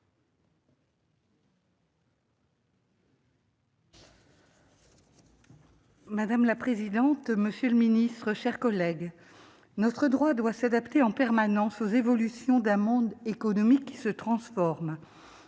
Madame la présidente, monsieur le secrétaire d'État, mes chers collègues, notre droit doit s'adapter en permanence aux évolutions d'un monde économique qui se transforme.